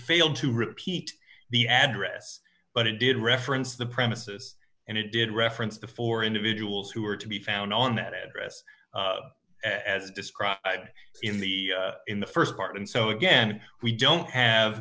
failed to repeat the address but it did reference the premises and it did reference the four individuals who are to be found on that address as described in the in the st part and so again we don't have